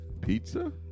pizza